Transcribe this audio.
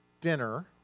dinner